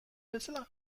bezala